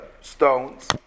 stones